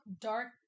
dark